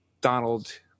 Donald